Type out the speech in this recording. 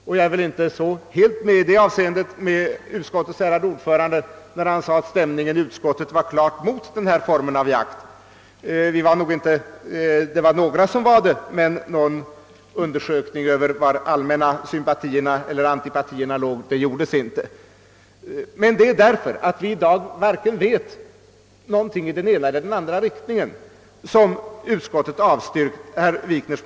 Jag kan väl inte helt hålla med utskottets ärade ordförande när han säger att stämningen i utskottet klart var mot den här formen av jakt. Några utskottsmedlemmar var det, men någon undersökning av var de allmänna sympatierna eller antipatierna låg gjordes inte. Anledningen till att utskottet har avstyrkt herr Wikners motion är som sagt att vi i dag inte vet någonting vare sig i den ena eller den andra riktningen.